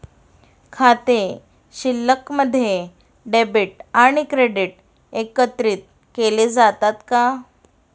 खाते शिल्लकमध्ये डेबिट आणि क्रेडिट एकत्रित केले जातात का?